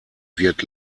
wird